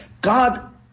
God